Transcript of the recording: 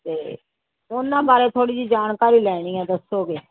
ਅਤੇ ਉਹਨਾਂ ਬਾਰੇ ਥੋੜ੍ਹੀ ਜਿਹੀ ਜਾਣਕਾਰੀ ਲੈਣੀ ਹੈ ਦੱਸੋਗੇ